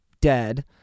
dead